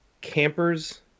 campers